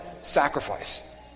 sacrifice